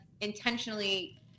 intentionally